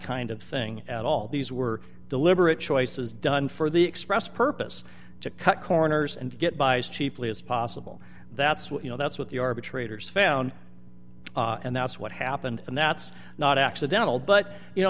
kind of thing at all these were deliberate choices done for the express purpose to cut corners and get by as cheaply as possible that's what you know that's what the arbitrators found and that's what happened and that's not accidental but you know